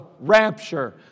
rapture